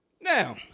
Now